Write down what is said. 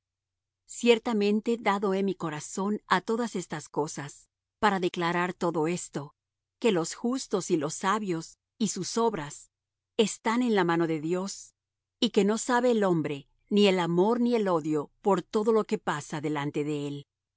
ciertamente dado he mi corazón á todas estas cosas para declarar todo esto que los justos y los sabios y sus obras están en la mano de dios y que no sabe el hombre ni el amor ni el odio por todo lo que pasa delante de él